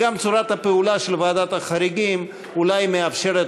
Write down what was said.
גם צורת הפעולה של ועדת החריגים אולי מאפשרת